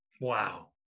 Wow